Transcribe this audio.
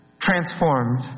Transformed